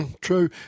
True